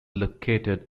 located